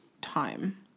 time